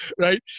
right